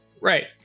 right